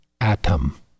atom